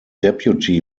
deputy